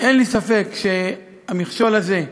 אין לי ספק שהמכשול הזה,